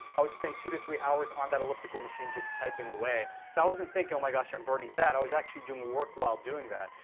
i would spend two to three hours on that elliptical machine, just typing away. so i wasn't thinking, oh, my gosh. i'm burning fat. i was actually doing work while doing that.